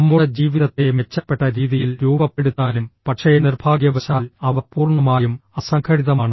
നമ്മുടെ ജീവിതത്തെ മെച്ചപ്പെട്ട രീതിയിൽ രൂപപ്പെടുത്താനും പക്ഷേ നിർഭാഗ്യവശാൽ അവ പൂർണ്ണമായും അസംഘടിതമാണ്